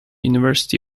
university